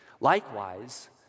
Likewise